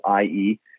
ie